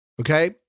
okay